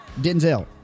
denzel